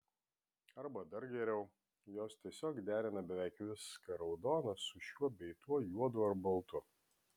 arba dar geriau jos tiesiog derina beveik viską raudoną su šiuo bei tuo juodu ar baltu